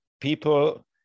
people